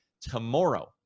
tomorrow